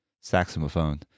saxophone